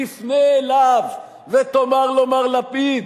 תפנה אליו ותאמר לו: מר לפיד,